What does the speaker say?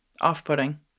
off-putting